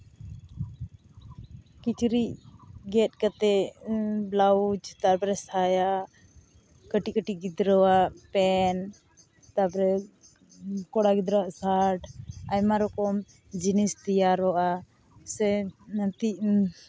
ᱠᱤᱪᱨᱤᱡ ᱜᱮᱫ ᱠᱟᱛᱮᱫ ᱵᱞᱟᱣᱩᱡᱽ ᱛᱟᱯᱚᱨᱮ ᱥᱟᱭᱟ ᱠᱟᱹᱴᱤᱡ ᱠᱟᱹᱴᱤᱡ ᱜᱤᱫᱽᱨᱟᱹᱣᱟᱜ ᱯᱮᱱ ᱛᱟᱯᱚᱨᱮ ᱠᱚᱲᱟ ᱜᱤᱫᱽᱨᱟᱹᱣᱟᱜ ᱥᱟᱴ ᱟᱭᱢᱟ ᱨᱚᱠᱚᱢ ᱡᱤᱱᱤᱥ ᱛᱮᱭᱟᱨᱚᱜᱼᱟ ᱥᱮ ᱢᱤᱫᱴᱤᱡ